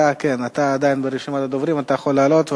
אתה עדיין ברשימת הדוברים ואתה יכול לעלות,